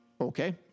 Okay